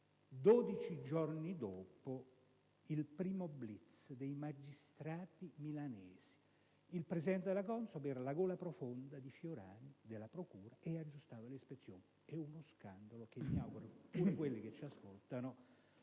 12 giorni dopo il primo *blitz* dei magistrati milanesi. Il presidente della CONSOB era la gola profonda di Fiorani, della procura e aggiustava le ispezioni. È uno scandalo e mi auguro che, affinché risulti